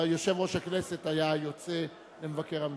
יושב-ראש הכנסת היה יוצא למבקר המדינה,